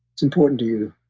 it's important to you.